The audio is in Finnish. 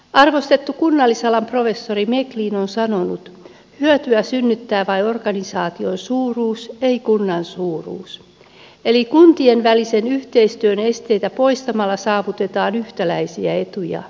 arvostettu kunnallisalan professori meklin on sanonut että hyötyä synnyttää vain organisaation suuruus ei kunnan suuruus eli kuntien välisen yhteistyön esteitä poistamalla saavutetaan yhtäläisiä etuja